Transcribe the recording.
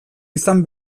izan